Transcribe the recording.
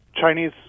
Chinese